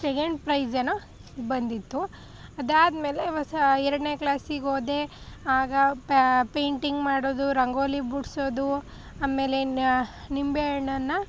second prize ಏನೋ ಬಂದಿತ್ತು ಅದಾದ್ಮೇಲೆ ಹೊಸ ಎರಡನೇ ಕ್ಲಾಸಿಗೆ ಹೋದೆ ಆಗ ಪೇಂಟಿಂಗ್ ಮಾಡೋದು ರಂಗೋಲಿ ಬಿಡ್ಸೋದು ಆಮೇಲೆ ನ ನಿಂಬೆ ಹಣ್ಣನ್ನ